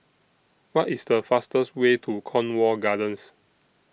What IS The fastest Way to Cornwall Gardens